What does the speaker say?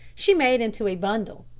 she made into a bundle,